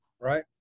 right